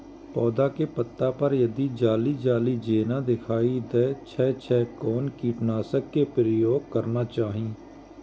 पोधा के पत्ता पर यदि जाली जाली जेना दिखाई दै छै छै कोन कीटनाशक के प्रयोग करना चाही?